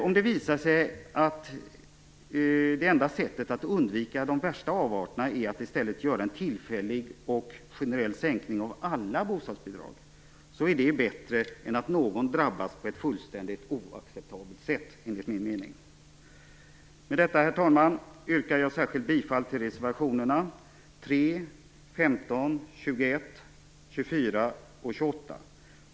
Om det visar sig att det enda sättet att undvika de värsta avarterna är att i stället göra en tillfällig och generell sänkning av alla bostadsbidrag så är det bättre än att någon drabbas på ett fullständigt oacceptabelt sätt, enligt min mening. Med detta, herr talman, yrkar jag särskilt bilfall till reservationerna nr 3, 15, 21, 24 och 28.